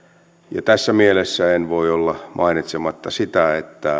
ja tässä mielessä en voi olla mainitsematta sitä